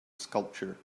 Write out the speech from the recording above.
sculpture